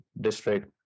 district